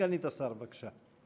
סגנית השר, בבקשה.